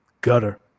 gutter